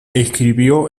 escribió